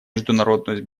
международную